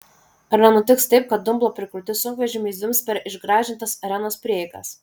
ar nenutiks taip kad dumblo prikrauti sunkvežimiai zvimbs per išgražintas arenos prieigas